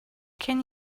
can